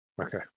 Okay